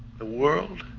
the world